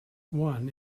one